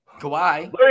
Kawhi